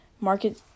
market